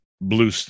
blue